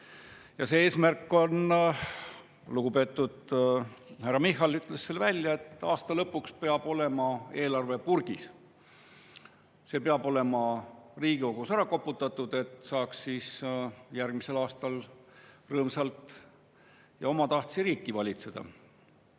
Ja see eesmärk on see – lugupeetud härra Michal ütles selle välja –, et aasta lõpuks peab olema eelarve purgis. See peab olema Riigikogus ära koputatud, et [valitsus] saaks järgmisel aastal rõõmsalt ja omatahtsi riiki valitseda.